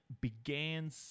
began